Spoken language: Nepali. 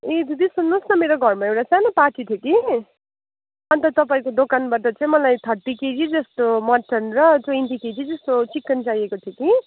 ए दिदी सुन्नुहोस् न मेरो घरमा एउटा सानो पार्टी थियो कि अन्त तपाईँको दोकानबाट चाहिँ मलाई थर्टी केजी जस्तो मटन र ट्वेन्टी केजी जस्तो चिकन चाहिएको थियो कि